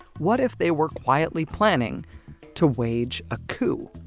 what if they were quietly planning to wage a coup?